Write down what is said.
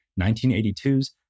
1982's